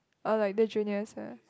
or like the juniors ah